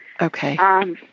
Okay